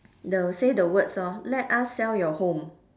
the say the words orh let us sell your home